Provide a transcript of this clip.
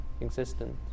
existence